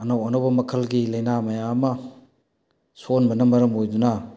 ꯑꯅꯧ ꯑꯅꯧꯕ ꯃꯈꯜꯒꯤ ꯂꯥꯏꯅꯥ ꯃꯌꯥꯝ ꯑꯃ ꯁꯣꯛꯍꯟꯕꯅ ꯃꯔꯝ ꯑꯣꯏꯗꯨꯅ